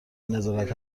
نظارت